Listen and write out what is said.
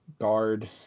guard